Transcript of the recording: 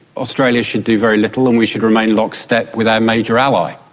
australia should do very little and we should remain lockstep with our major ally.